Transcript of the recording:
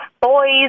boys